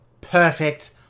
perfect